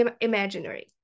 Imaginary